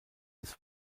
des